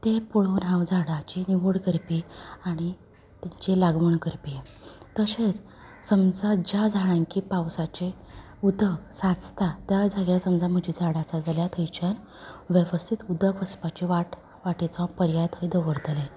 तें पळोवन हांव झाडांची निवड करपी आनी तेंचे लागवण करपी तशेंच समजा ज्या झाडांनी पावसाचें उदक सांचता त्या जाग्यार समजा म्हजी झाडां आसा जाल्यार थंयच्यान वेवस्थीत उदक वचपाची वाट वाटेचो पर्याय थंय दवरतलें